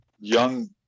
young